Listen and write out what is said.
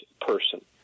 person